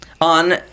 On